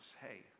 hey